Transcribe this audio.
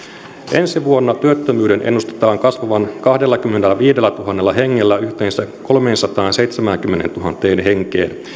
ensi vuonna työttömyyden ennustetaan kasvavan kahdellakymmenelläviidellätuhannella hengellä yhteensä kolmeensataanseitsemäänkymmeneentuhanteen henkeen